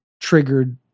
triggered